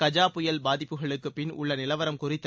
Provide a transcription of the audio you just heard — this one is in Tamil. கஜா புயல் பாதிப்புகளுக்குப் பின் உள்ள நிலவரம் குறித்து